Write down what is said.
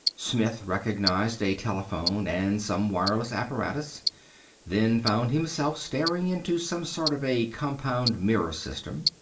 smith recognized a telephone and some wireless apparatus then found himself staring into some sort of a compound mirror system.